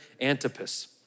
Antipas